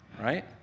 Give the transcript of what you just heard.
right